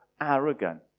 arrogant